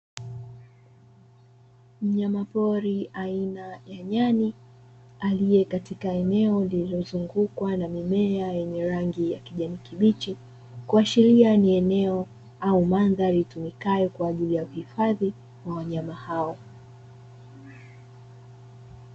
Mnyama pori aina ya nyani aliye katika eneo lililozungukwa na mimea yenye rangi ya kijani kibichi, kuashiria ni eneo au mandhari itumikayo kwa ajili ya uhifadhi wa wanyama hao.